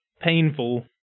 painful